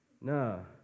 no